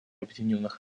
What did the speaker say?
объединенных